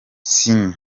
ciney